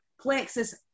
plexus